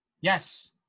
Yes